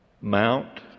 mount